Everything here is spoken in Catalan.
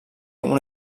una